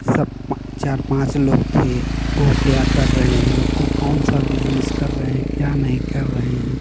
सब चार पाँच लोग थे वो क्या कर रहे हैं ओ कौन सा बिज़नेस कर रहे हैं क्या नहीं कर रहे हैं